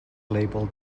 label